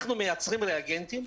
אנחנו מייצרים ריאגנטים,